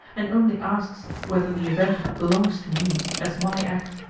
and only asks whether the event belongs to me, as my act,